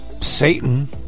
Satan